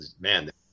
man